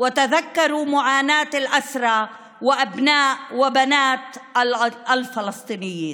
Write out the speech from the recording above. וזכרו את סבל האסירים ובני ובנות הפלסטינים.)